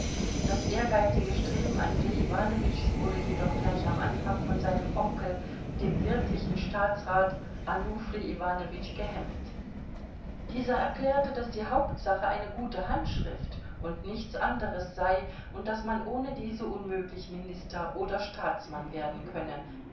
das ehrgeizige streben andrej iwanowitschs wurde jedoch gleich am anfang von seinem onkel dem wirklichen staatsrat onufrij iwanowitsch gehemmt dieser erklärte daß die hauptsache eine gute handschrift und nichts anderes sei und daß man ohne diese unmöglich minister oder staatsmann werden könne